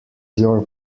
your